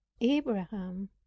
Abraham